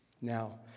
Now